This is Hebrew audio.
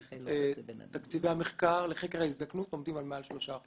ב-OECD תקציבי המחקר לחקר ההזדקנות עומדים על מעל 3%,